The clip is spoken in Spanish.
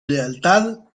lealtad